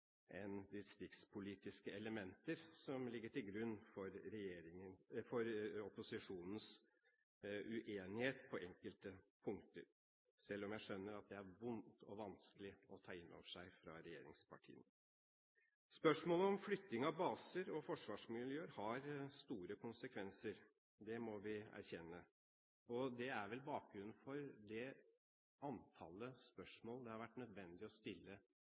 distriktspolitiske elementer som ligger til grunn for opposisjonens uenighet på enkelte punkter, selv om jeg skjønner at det er vondt og vanskelig for regjeringspartiene å ta det inn over seg. Spørsmålet om flytting av baser og forsvarsmiljøer har store konsekvenser. Det må vi erkjenne, og det er vel bakgrunnen for det antall spørsmål det har vært nødvendig å stille